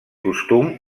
costum